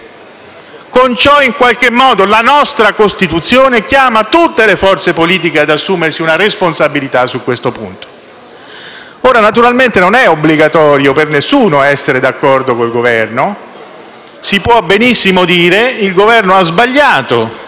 Con ciò, in qualche modo, la nostra Costituzione chiama tutte le forze politiche ad assumersi una responsabilità su questo punto. Naturalmente non è obbligatorio per nessuno essere d'accordo con il Governo. Si può benissimo dire che il Governo ha sbagliato